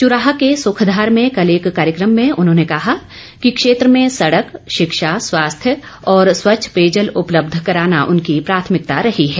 चुराह के सुखधार में कल एक कार्यक्रम में उन्होंने कहा कि क्षेत्र में सड़क शिक्षा स्वास्थ्य और स्वच्छ पेयजल उपलब्ध कराना उनकी प्राथमिकता रही है